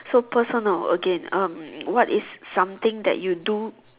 so personal again um what is something that you do